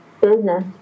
business